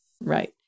Right